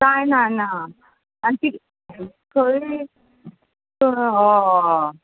ना ना ना आनी ती खंय हय